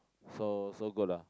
so so good lah